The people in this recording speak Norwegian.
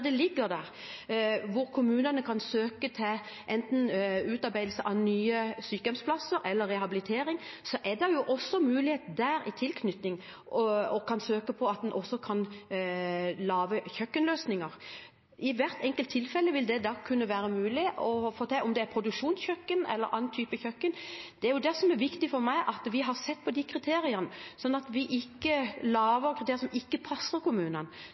mulighet til å søke om å lage kjøkkenløsninger. I hvert enkelt tilfelle vil det da kunne være mulig å få til, enten det er snakk om produksjonskjøkken eller en annen type kjøkken. Det som er viktig for meg, er at vi har sett på de kriteriene, slik at vi ikke lager kriterier som ikke passer for kommunene.